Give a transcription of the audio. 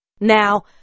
now